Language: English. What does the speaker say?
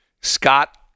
scott